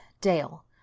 Dale